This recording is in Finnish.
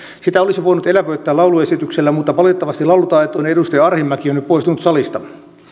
sitä olisi voinut elävöittää lauluesityksellä mutta valitettavasti laulutaitoinen edustaja arhinmäki on nyt poistunut salista